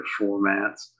formats